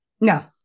No